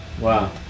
Wow